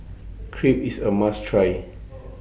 Crepe IS A must Try